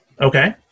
Okay